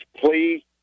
plea